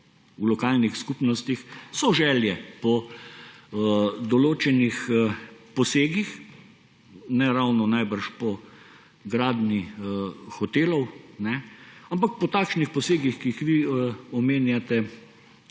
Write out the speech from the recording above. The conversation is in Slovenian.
v lokalnih skupnosti so želje po določenih posegih, ne ravno najbrž po gradnji hotelov. Ampak po takšnih posegih, ki jih vi omenjate,